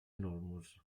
enormous